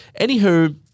Anywho